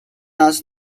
است